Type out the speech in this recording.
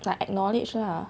like acknowledge lah